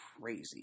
crazy